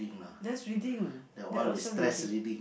that's reading that also reading